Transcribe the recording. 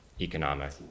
economic